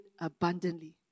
abundantly